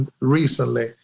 recently